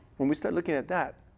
when we start looking at that,